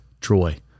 Troy